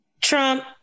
Trump